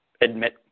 admit